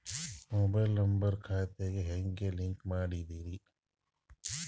Mobile number ಖಾತೆ ಗೆ ಹೆಂಗ್ ಲಿಂಕ್ ಮಾಡದ್ರಿ?